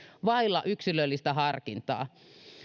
vailla yksilöllistä harkintaa